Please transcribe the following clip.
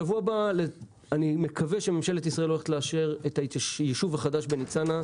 בשבוע הבא אני מקווה שממשלת ישראל הולכת לאשר את היישוב החדש בניצנה,